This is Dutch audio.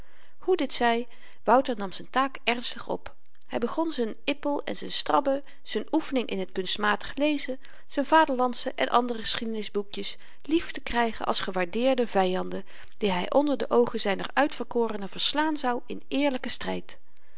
hoe dit zy wouter nam z'n taak ernstig op hy begon z'n ippel z'n strabbe z'n oefening in t kunstmatig lezen z'n vaderlandsche en andere geschiedenis boekjes lief te krygen als gewaardeerde vyanden die hy onder de oogen zyner uitverkorene verslaan zou in eerlyken stryd